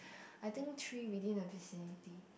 I think three within the vicinity